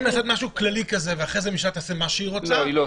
האם נעשה משהו כללי כזה ואחר כך הממשלה תעשה מה שהיא רוצה,